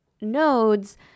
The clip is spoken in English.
nodes